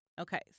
Okay